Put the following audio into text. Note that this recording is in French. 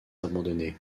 abandonnée